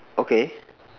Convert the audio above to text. okay